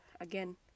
again